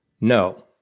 No